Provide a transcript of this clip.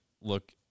look